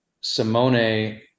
simone